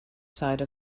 side